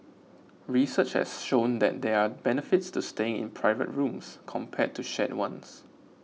research has shown that there are benefits to staying in private rooms compared to shared ones